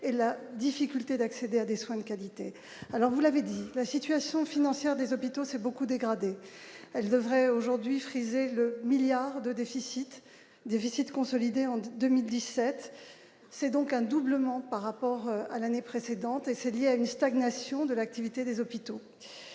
et la difficulté d'accéder à des soins de qualité, alors vous l'avez dit, la situation financière des hôpitaux s'est beaucoup dégradée devrait aujourd'hui friser le milliard de déficit déficit consolidé en 2017, c'est donc un doublement par rapport à l'année précédente et c'est lié à une stagnation de l'activité des hôpitaux,